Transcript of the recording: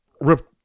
rip